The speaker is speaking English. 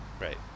Right